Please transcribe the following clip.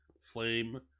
Flame